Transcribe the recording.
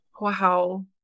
Wow